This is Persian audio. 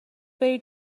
بری